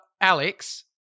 Alex